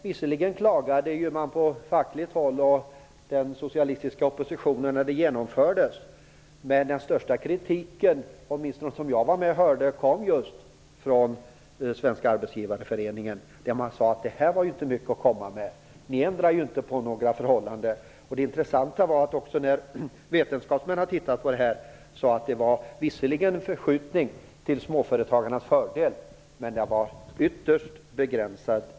Visserligen klagade man från fackligt håll och från den socialistiska oppositionen när förslaget genomfördes. Men den största kritik jag hörde kom från Svenska Arbetsgivareföreningen. De ansåg att förslaget inte var mycket att komma med. Det var inte några förhållanden som förändrades. Det intressanta är att vetenskapsmännen säger att det har skett en förskjutning till småföretagarnas fördel, men förändringen har varit ytterst begränsad.